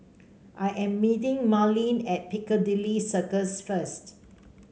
I am meeting Merlene at Piccadilly Circus first